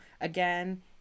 Again